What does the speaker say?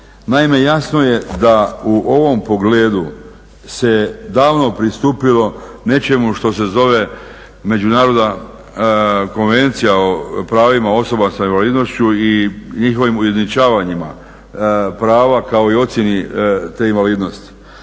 Naime, jasno je da u ovom pogledu se davno pristupilo nečemu što se zove Međunarodna konvencija o pravima osoba sa invalidnošću i njihovim ujednačavanjima, prava kao i ocjeni te invalidnosti.